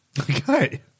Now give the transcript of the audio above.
Okay